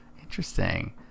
interesting